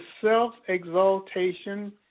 self-exaltation